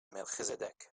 melchizedek